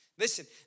Listen